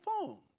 phone